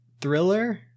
thriller